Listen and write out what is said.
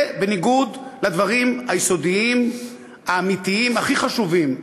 זה בניגוד לדברים היסודיים האמיתיים הכי חשובים,